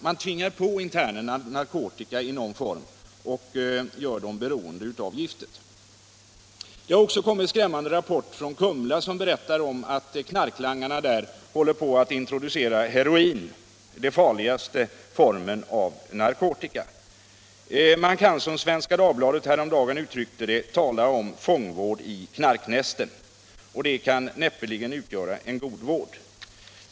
Man tvingar på internerna narkotika i någon form och gör dem beroende av giftet. narkotikaproblemen på kriminalvårdsanstalterna 150 Det har också kommit en skrämmande rapport från Kumla, som berättar om att knarklangarna där håller på att introducera heroin, den farligaste formen av narkotika. Man kan, som Svenska Dagbladet häromdagen uttryckte det, tala om ”fångvård i knarknästen”. Det kan näppeligen utgöra en god vård.